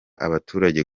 abaturage